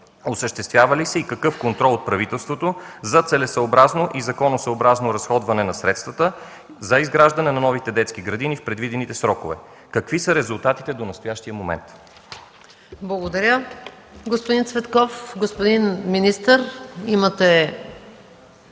Осъществява ли се и какъв контрол от правителството за целесъобразно и законосъобразно разходване на средствата за изграждането на новите детски градини в предвидените срокове? Какви са резултатите до настоящия момент? ПРЕДСЕДАТЕЛ МАЯ МАНОЛОВА: Благодаря, господин Цветков. Господин министър, имате